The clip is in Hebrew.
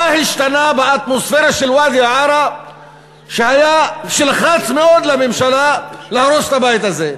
מה השתנה באטמוספירה של ואדי-עארה שלחץ מאוד לממשלה להרוס את הבית הזה?